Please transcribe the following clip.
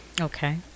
Okay